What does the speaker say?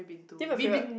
think my favourite